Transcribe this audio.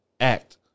act